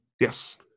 Yes